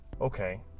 Okay